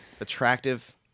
attractive